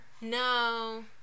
no